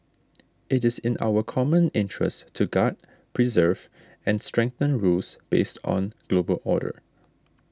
it is in our common interest to guard preserve and strengthen rules based on global order